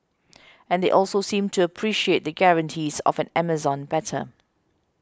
and they also seemed to appreciate the guarantees of an Amazon better